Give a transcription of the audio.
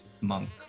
Monk